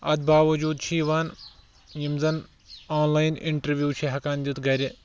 اَتھ باوجوٗد چھُ یِوان یِم زَن آن لاین اِنٹرویو چھِ ہیٚکان دِتھ گرِ